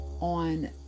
on